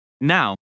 Now